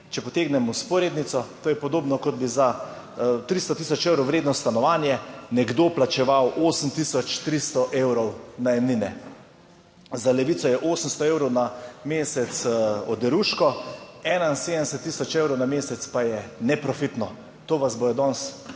Če potegnemo vzporednico. To je podobno, kot bi za 300000 evrov vredno stanovanje nekdo plačeval 8300 evrov najemnine. Za Levico je 800 evrov na mesec oderuško, 71000 evrov na mesec pa je neprofitno. To vas bodo danes celo